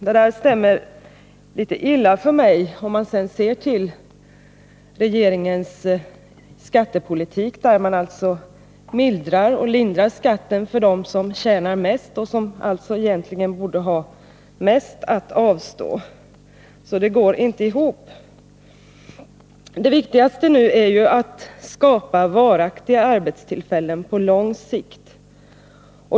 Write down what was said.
Det stämmer illa med regeringens skattepolitik, som innebär att man mildrar och lindrar skatten för dem som tjänar mest och som alltså borde ha mest att avstå. Det går inte ihop. Det viktigaste nu är att skapa varaktiga arbetstillfällen på lång sikt.